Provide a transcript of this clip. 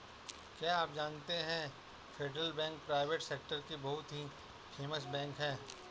क्या आप जानते है फेडरल बैंक प्राइवेट सेक्टर की बहुत ही फेमस बैंक है?